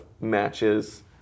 matches